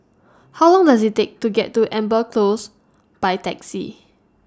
How Long Does IT Take to get to Amber Close By Taxi